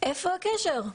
איפה הקשר?